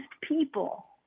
people